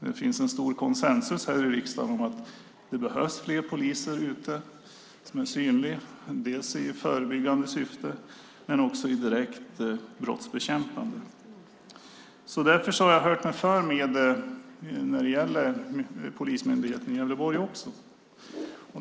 Det finns en stor konsensus här i riksdagen om att det behövs fler synliga poliser ute, dels i förebyggande syfte, dels i direkt brottsbekämpande syfte. Därför har jag hört mig för när det gäller Polismyndigheten i Gävleborg.